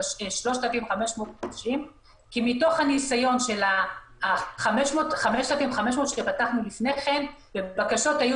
כי מתוך הניסיון של 5,500 שפתחנו לפני כן היו